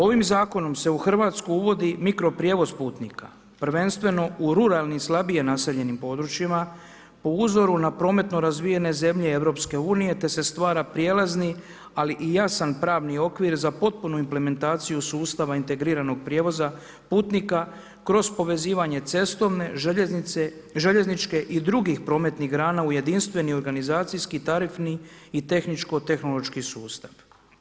Ovim Zakonom se u Hrvatsku uvodi mikro prijevoz putnika, prvenstveno u ruralnim, slabije naseljenim područjima po uzoru na prometno razvijene zemlje EU, te se stvara prijelazni, ali i jasan pravni okvir za potpunu implementaciju sustava integriranog prijevoza putnika kroz povezivanje cestovne, željezničke i drugih prometnih grana u jedinstveni organizacijski, tarifni i tehničko-tehnološki sustav.